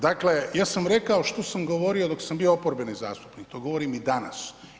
Dakle, ja sam rekao što sam govorio dok sam bio oporbeni zastupnik, to govorim i danas.